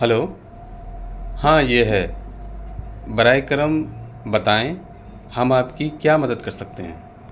hello ہاں یہ ہے براے کرم بتائیں ہم آپ کی کیا مدد کر سکتے ہیں